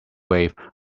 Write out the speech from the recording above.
wave